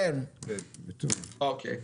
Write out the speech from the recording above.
אוקי,